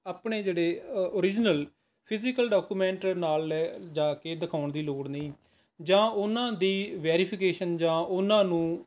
ਆਪਣੇ ਜਿਹੜੇ original physical document ਨਾਲ ਲੈ ਜਾ ਕੇ ਦਿਖਾਉਣ ਦੀ ਲੋੜ ਨਹੀਂ ਜਾਂ ਉਹਨਾਂ ਦੀ ਵੈਰੀਫੀਕੇਸ਼ਨ ਜਾਂ ਉਹਨਾਂ ਨੂੰ